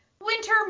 Winter